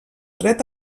dret